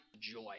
joy